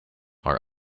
are